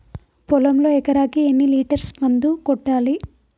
పొలంలో ఎకరాకి ఎన్ని లీటర్స్ మందు కొట్టాలి?